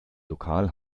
lokal